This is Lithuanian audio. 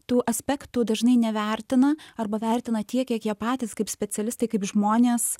tų aspektų dažnai nevertina arba vertina tiek kiek jie patys kaip specialistai kaip žmonės